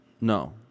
No